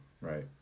right